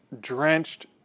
drenched